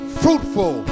fruitful